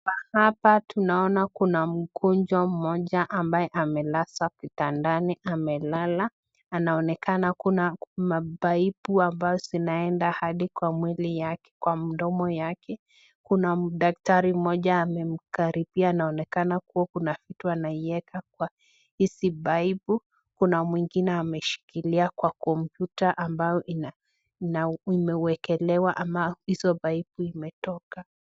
Hapa tunaona kuna mgonjwa mmoja ambae amelazwa kitandani amelala. Anaonekana kuna mapaipu ambazo zinaenda hadi kwa mwili yake, kwa mdomo yake. Kuna daktari mmoja amemkaribia anaonekana kuwa kuna kitu anaieka kwa hizi paipu, kuna mwengine ameshikilia kwa kompyuta ambayo imewekelewa ama hizo paipu imetoka.